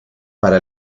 para